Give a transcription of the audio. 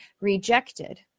rejected